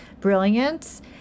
brilliance